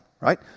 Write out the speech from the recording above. right